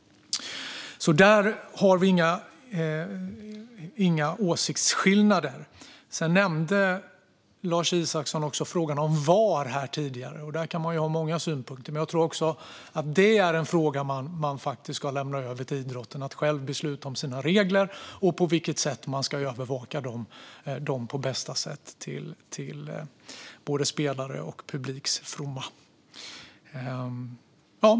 Där har vi inga åsiktsskillnader. Lars Isacsson nämnde också frågan om VAR tidigare. Man kan ha många synpunkter på det, men jag tror att det är en fråga som man faktiskt ska lämna över till idrotten. Den ska själv besluta om sina regler och på vilket sätt de bäst kan övervakas till både spelares och publiks fromma.